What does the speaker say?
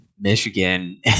Michigan